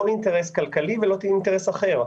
לא אינטרס כלכלי ולא אינטרס אחר.